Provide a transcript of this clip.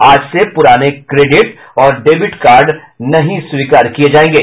आज से पूराने क्रेडिट और डेबिट कार्ड नहीं स्वीकार किये जायेंगे